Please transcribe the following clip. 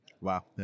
Wow